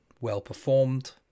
well-performed